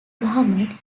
rahman